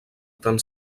tan